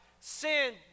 Sin